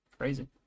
Crazy